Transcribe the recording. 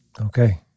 Okay